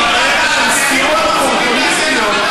על הקריירה של סיעות אופורטוניסטיות,